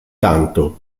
tanto